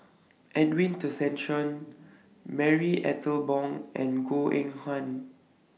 Edwin Tessensohn Marie Ethel Bong and Goh Eng Han